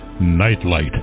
Nightlight